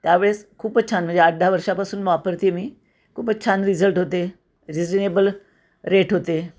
त्यावेळेस खूपच छान म्हणजे आठ दहा वर्षापासून वापरते मी खूपच छान रिझल्ट होते रिजनेबल रेट होते